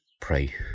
pray